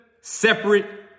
separate